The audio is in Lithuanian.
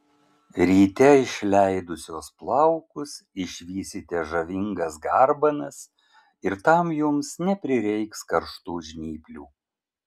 ryte išleidusios plaukus išvysite žavingas garbanas ir tam jums neprireiks karštų žnyplių